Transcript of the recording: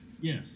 Yes